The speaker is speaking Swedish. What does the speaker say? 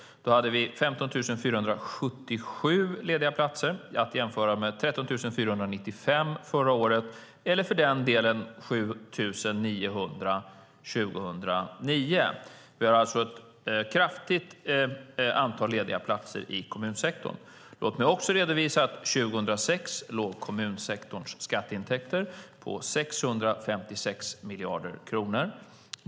Då hade vi 15 477 lediga platser att jämföra med 13 495 förra året eller för den delen 7 900 år 2009. Vi har alltså ett stort antal lediga platser i kommunsektorn. Låt mig också redovisa att kommunsektorns skatteintäkter 2006 låg på 656 miljarder kronor.